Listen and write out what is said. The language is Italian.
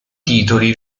titoli